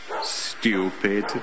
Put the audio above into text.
Stupid